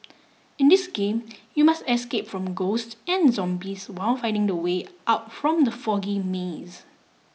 in this game you must escape from ghosts and zombies while finding the way out from the foggy maze